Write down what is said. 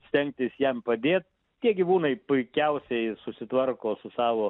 stengtis jam padėt tie gyvūnai puikiausiai susitvarko su savo